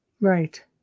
Right